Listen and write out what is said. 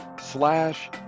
slash